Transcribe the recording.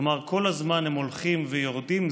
כלומר, כל הזמן הם הולכים ויורדים.